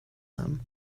them